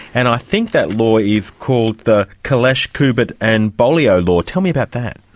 and i think that law is called the kulesh, kubert and bolis law. tell me about that.